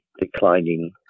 declining